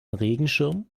regenschirm